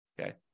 Okay